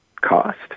cost